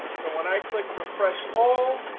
so when i click refresh all,